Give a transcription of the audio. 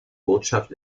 botschaft